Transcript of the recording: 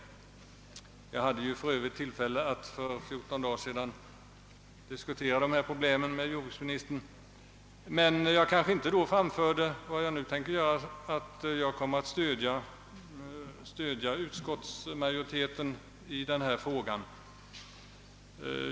Jag hade för Övrigt tillfälle att för fjorton dagar sedan diskutera dessa problem med jordbruksministern, men jag vill nu framhålla att jag kommer att stödja utskottsmajoriteten i frågan.